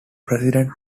president